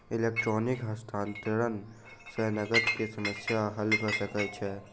electronic हस्तांतरण सॅ नकद के समस्या हल भ सकै छै